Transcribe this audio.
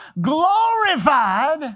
Glorified